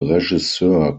regisseur